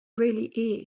really